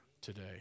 today